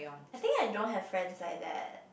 I think I don't have friends like that